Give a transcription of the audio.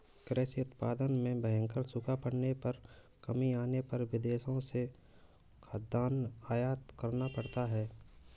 कृषि उत्पादन में भयंकर सूखा पड़ने पर कमी आने पर विदेशों से खाद्यान्न आयात करना पड़ता है